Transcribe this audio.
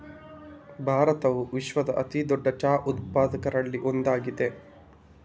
ಭಾರತವು ವಿಶ್ವದ ಅತಿ ದೊಡ್ಡ ಚಹಾ ಉತ್ಪಾದಕರಲ್ಲಿ ಒಂದಾಗಿದೆ